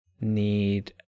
need